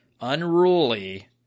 unruly